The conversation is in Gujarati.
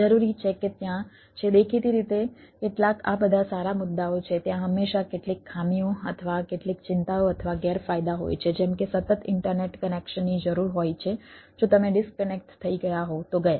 જરૂરી છે કે ત્યાં છે દેખીતી રીતે કેટલાક આ બધા સારા મુદ્દાઓ છે ત્યાં હંમેશા કેટલીક ખામીઓ અથવા કેટલીક ચિંતાઓ અથવા ગેરફાયદા હોય છે જેમ કે સતત ઇન્ટરનેટ કનેક્શન થઈ ગયા તો ગયા